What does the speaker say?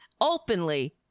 openly